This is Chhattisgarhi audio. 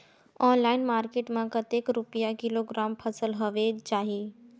ऑनलाइन मार्केट मां कतेक रुपिया किलोग्राम फसल हवे जाही?